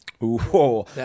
Whoa